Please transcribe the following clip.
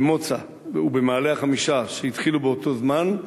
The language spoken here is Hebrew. במוצא ובמעלה-החמישה, שהתחילו באותו זמן,